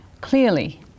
clearly